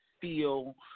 feel